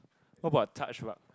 what about touch rug